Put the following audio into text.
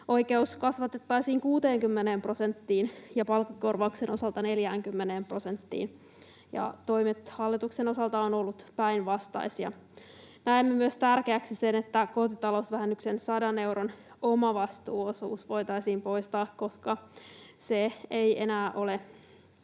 kasvatettaisiin 60 prosenttiin ja palkkakorvauksen osalta 40 prosenttiin — toimet hallituksen osalta ovat olleet päinvastaisia. Näemme tärkeäksi myös sen, että kotitalousvähennyksen 100 euron omavastuuosuus voitaisiin poistaa, koska se ei enää ole